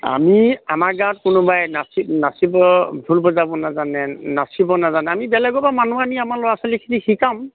আমি আমাৰ গাঁৱত কোনোবাই নাচি নাচিব ঢোল বজাব নাজানে নাচিব নাজানে আমি বেলেগৰ পৰা মানুহ আনি আমাৰ ল'ৰা ছোৱালীখিনি শিকাম